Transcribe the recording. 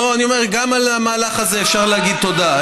לא, אני אומר, גם על המהלך אפשר להגיד תודה.